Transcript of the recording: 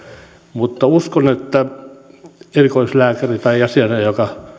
mutta uskon että erikoislääkäri joka